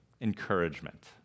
encouragement